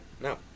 No